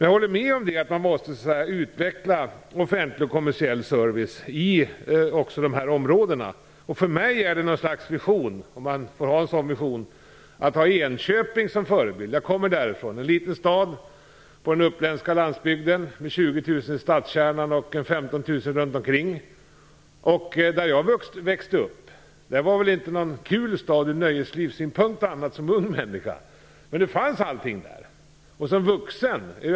Jag håller med om att offentlig och kommersiell service måste utvecklas också i områdena i fråga. För mig är det ett slags vision, om jag nu får ha den visionen, att ha Enköping som förebild. Jag kommer därifrån. Enköping är en liten stad på den uppländska landsbygden med 20 000 invånare i stadskärnan och ca 15 000 runt omkring. Jag växte alltså upp i Enköping. Från nöjeslivssynpunkt t.ex. var det väl ingen rolig stad för en ung människa, men allting fanns där.